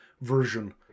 version